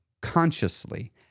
consciously